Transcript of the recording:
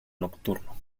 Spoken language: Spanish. nocturno